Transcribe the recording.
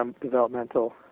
developmental